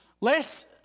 Less